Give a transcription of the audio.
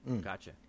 Gotcha